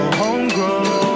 homegrown